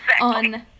on